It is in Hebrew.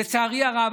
לצערי הרב,